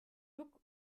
duck